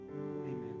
Amen